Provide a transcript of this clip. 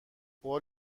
قول